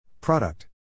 Product